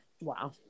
Wow